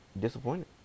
disappointed